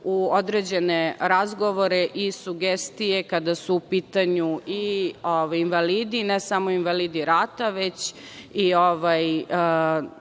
u određene razgovore i sugestije, kada su u pitanju i invalidi, ne samo invalidi rata, već i